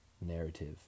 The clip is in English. narrative